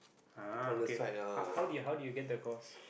ah okay how do you how do you get the course